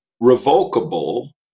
revocable